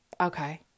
okay